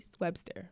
webster